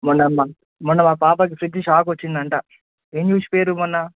మొన్న మొన్న మా పాపకి ఫ్రిడ్జ్ షాక్ వచ్చింది అంట ఏమి చూసిపోయిర్రు మొన్న